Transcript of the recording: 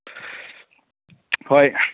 ꯍꯣꯏ